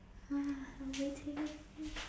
I'm waiting